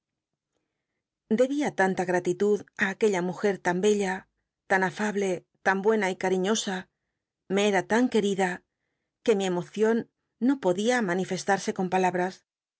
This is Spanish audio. debia tanta gratilud á aquella mujer tan bella tan afable tan buena y c iiiosa me era tan querida juc mi cmocion no podia manifestarse con palabras